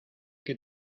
que